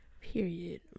Period